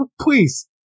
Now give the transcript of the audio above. please